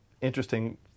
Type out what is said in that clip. interesting